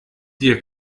dir